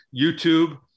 YouTube